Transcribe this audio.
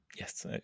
Yes